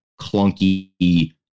clunky